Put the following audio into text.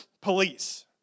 police